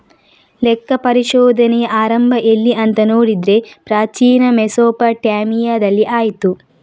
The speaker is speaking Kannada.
ಲೆಕ್ಕ ಪರಿಶೋಧನೆಯ ಆರಂಭ ಎಲ್ಲಿ ಅಂತ ನೋಡಿದ್ರೆ ಪ್ರಾಚೀನ ಮೆಸೊಪಟ್ಯಾಮಿಯಾದಲ್ಲಿ ಆಯ್ತು